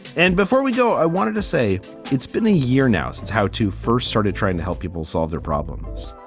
and before we go, i wanted to say it's been a year now since how to first started trying to help people solve their problems.